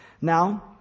Now